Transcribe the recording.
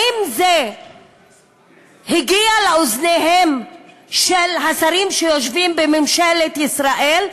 האם זה הגיע לאוזניהם של השרים שיושבים בממשלת ישראל,